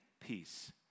peace